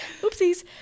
Oopsies